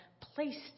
placed